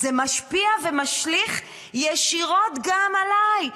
זה משפיע ומשליך ישירות גם עליי,